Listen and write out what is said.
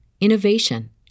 innovation